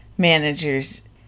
Managers